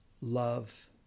love